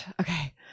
okay